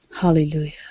Hallelujah